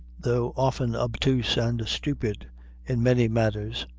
though often obtuse and stupid in many matters,